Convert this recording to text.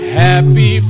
happy